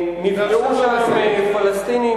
נפגעו שם פלסטינים,